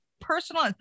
personal